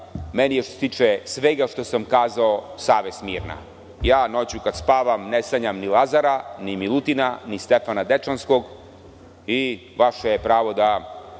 meni što se tiče svega što sam kazao savest mirna. Noću kad spavam ne sanjam ni Lazara, ni Milutina, ni Stefana Dečanskog. Vaše je pravo da,